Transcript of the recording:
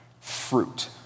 fruit